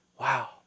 Wow